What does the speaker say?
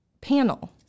panel